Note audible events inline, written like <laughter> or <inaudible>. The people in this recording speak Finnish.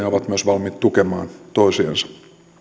<unintelligible> ovat myös valmiit tukemaan toisiansa